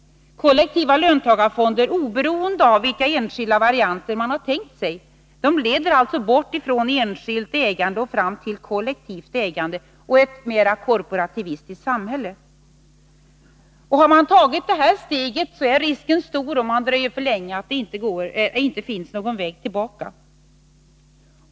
Kollektiva löntagarfonder— oberoende av vilka enskilda varianter man har tänkt sig — leder alltså bort från enskilt ägande och fram till kollektivt ägande och ett mera korporativistiskt samhälle. Har man tagit det här steget är risken stor, om man dröjer för länge, att det inte finns någon väg tillbaka.